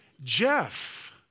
Jeff